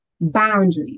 Boundaries